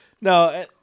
No